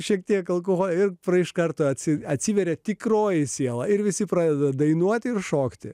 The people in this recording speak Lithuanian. šiek tiek algos ir iškart atsiveria tikroji siela ir visi pradeda dainuoti ir šokti